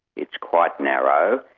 it's quite narrow,